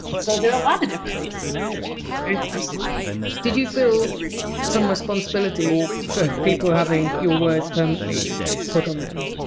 so there are a lot of different reasons. it's very personal did you feel some responsibility for people having your words permanently put on them?